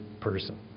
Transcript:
person